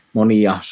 monia